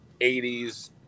80s